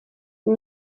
iyi